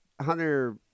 Hunter